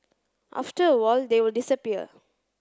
after a while they will disappear